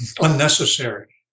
Unnecessary